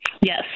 Yes